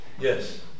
Yes